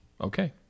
okay